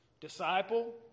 disciple